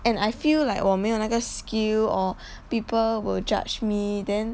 and I feel like 我没有那个 skill or people will judge me then